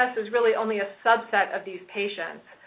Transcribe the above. is really only a sub-set of these patients.